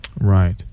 Right